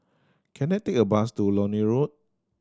can I take a bus to Lornie Road